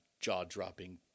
jaw-dropping